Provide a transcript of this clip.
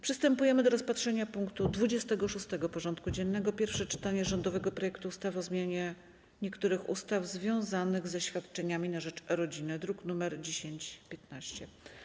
Przystępujemy do rozpatrzenia punktu 26. porządku dziennego: Pierwsze czytanie rządowego projektu ustawy o zmianie niektórych ustaw związanych ze świadczeniami na rzecz rodziny (druk nr 1015)